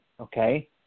okay